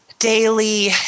daily